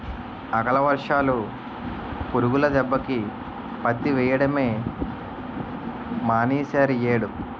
అకాల వర్షాలు, పురుగుల దెబ్బకి పత్తి వెయ్యడమే మానీసేరియ్యేడు